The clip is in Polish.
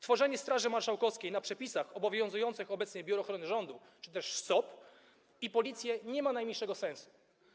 Tworzenie Straży Marszałkowskiej na podstawie przepisów obowiązujących obecnie Biuro Ochrony Rządu czy też SOP i Policję nie ma najmniejszego sensu.